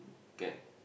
get